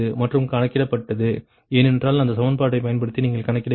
மற்றும் கணக்கிடப்பட்டது என்றால் அந்த சமன்பாட்டை பயன்படுத்தி நீங்கள் கணக்கிட வேண்டும்